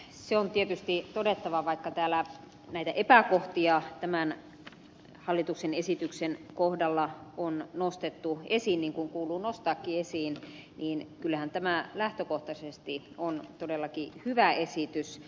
se on tietysti todettava vaikka täällä näitä epäkohtia tämän hallituksen esityksen kohdalla on nostettu esiin niin kuin kuuluu nostaakin esiin että kyllähän tämä lähtökohtaisesti on todellakin hyvä esitys